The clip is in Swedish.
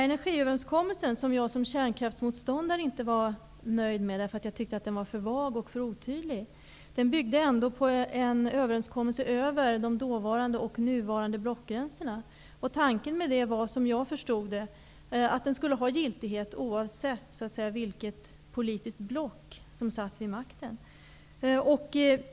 Energiövenskommelsen, som jag som kärnkraftsmotståndare inte var nöjd med eftersom jag tyckte att den var för vag och otydlig, byggde ändå på en överenskommelse över de dåvarande och nuvarande blockgränserna. Tanken var, som jag uppfattade den, att den skulle ha giltighet oavsett vilket politiskt block som hade makten.